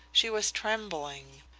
she was trembling.